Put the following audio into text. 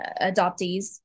adoptees